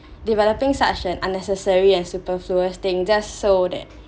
developing such an unnecessary and superfluous thing just so that